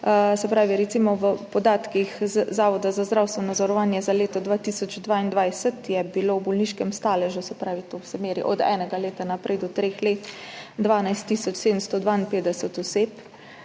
je tega. Recimo po podatkih Zavoda za zdravstveno zavarovanje za leto 2022 je bilo v bolniškem staležu, se pravi, to se meri od enega leta naprej do treh let, 12 tisoč